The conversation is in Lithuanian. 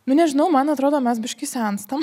nu nežinau man atrodo mes biškį senstam